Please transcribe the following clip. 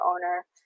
owner